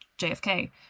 JFK